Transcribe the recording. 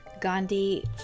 Gandhi